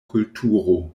kulturo